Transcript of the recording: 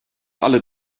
alle